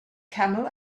camel